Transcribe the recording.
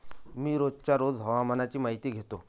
मी रोजच्या रोज हवामानाची माहितीही घेतो